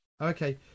Okay